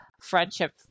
friendship